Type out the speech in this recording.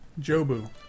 Jobu